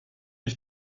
ich